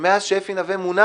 שמאז שאפי נוה מונה